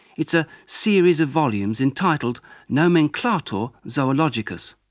it's a series of volumes entitled nomenclator zoologicus,